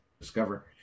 discover